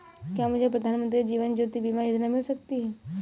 क्या मुझे प्रधानमंत्री जीवन ज्योति बीमा योजना मिल सकती है?